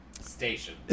station